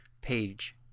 page